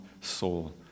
soul